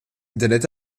internet